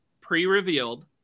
pre-revealed